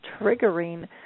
triggering